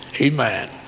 Amen